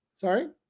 sorry